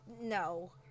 No